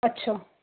अच्छा